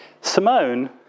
Simone